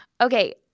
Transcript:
Okay